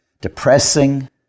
depressing